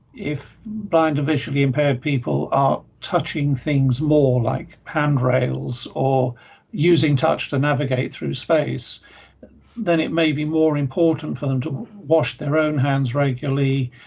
if blind and visually impaired people are touching things more like handrails or using touch to navigate through space then it may be more important for them to wash their own hands regularly.